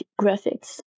graphics